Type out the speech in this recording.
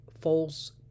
false